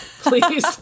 please